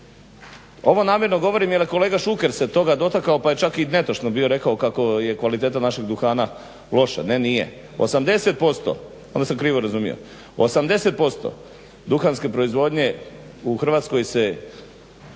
Ovo namjerno govorim jer je kolega Šuker se toga dotakao pa je čak i netočno bio rekao kako je kvaliteta našeg duhana loša. Ne, nije, 80% onda sam krivo razumio, 80% duhanske proizvodnje u Hrvatskoj se